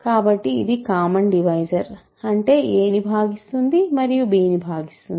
కాబట్టి ఇది common divisor అంటే a ని భాగిస్తుంది మరియు b ని భాగిస్తుంది